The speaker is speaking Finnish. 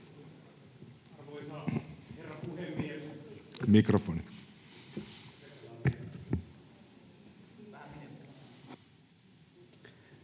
Mikrofoni.